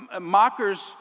mockers